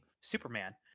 Superman